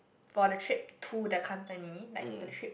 for the trip to the company like the trip